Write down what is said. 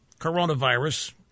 coronavirus